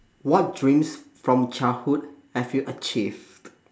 what dreams from childhood have you achieved